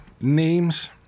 names